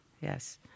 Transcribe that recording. yes